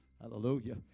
Hallelujah